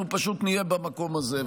אנחנו פשוט נהיה במקום הזה.